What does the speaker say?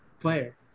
player